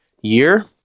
year